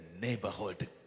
neighborhood